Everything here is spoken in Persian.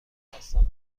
خواستم